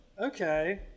Okay